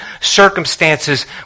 circumstances